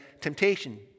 temptation